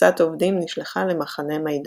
וקבוצת עובדים נשלחה למחנה מיידאנק.